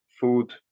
food